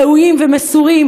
ראויים ומסורים,